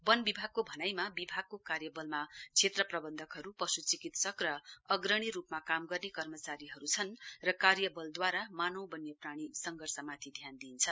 वन विभागको भनाइमा विभागको कार्यवलमा क्षेत्र प्रबन्धकहरू पशु चिकित्सक र अग्रणी रूपमा काम गर्ने कर्मचारीहरू छन् र कार्यबलद्वारा मानव वन्यप्राणी संघर्ष माथि ध्यान दिइन्छ